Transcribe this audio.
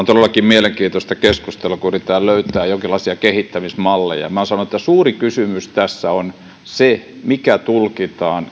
todellakin mielenkiintoista keskustelua kun yritetään löytää jonkinlaisia kehittämismalleja minä sanon että suuri kysymys tässä on se minkä tulkitaan